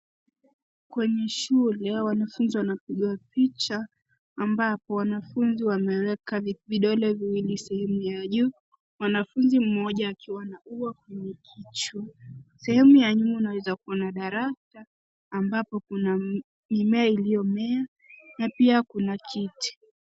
Kwenye shule hawa wanafunzi wanapigwa picha ambapo hawa wanafunzi wameweka vidole viwili sehemu ya juu, mwanafunzi mmoja akiwa na ua kwenye kichwa. sehemu ya nyuma unaweza kuona darasa ambapo kuna mimea iliyo mea na pia kuna kiti.